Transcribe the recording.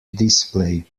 display